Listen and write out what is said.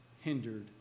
hindered